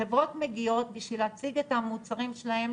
חברות מגיעות בשביל להציג את המוצרים שלהם